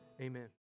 Amen